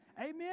Amen